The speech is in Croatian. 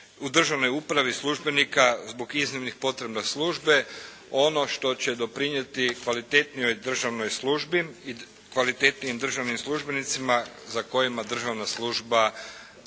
u državnoj upravi službenika zbog iznimnih potreba službe ono što će doprinijeti kvalitetnijoj državnoj službi i kvalitetnijim državnim službenicima za kojima državna služba